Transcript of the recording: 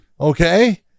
Okay